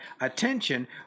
attention